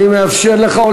אני מאפשר לך.